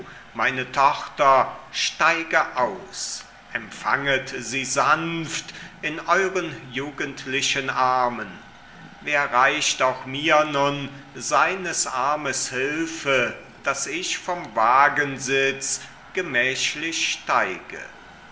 meine tochter steige aus empfanget sie sanft in euren jugendlichen armen wer reicht auch mir nun seines armes hilfe daß ich vom wagensitz gemächlich steige